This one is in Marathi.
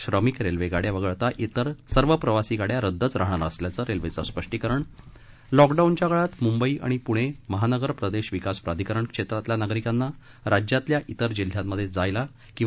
श्रमीक रेल्वेगाड्या वगळता इतर सर्व प्रवासी गाड्या रद्दच राहणार असल्याचं रेल्वेघं स्पष्टीकरण लॉकडाऊनच्या काळात मुंबई आणि पूणे महानगर प्रदेश विकास प्राधिकरण क्षेत्रातल्या नागरिकांना राज्यातल्या इतर जिल्ह्यांमधे जायला किंवा